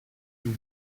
you